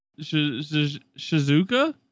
Shizuka